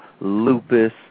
lupus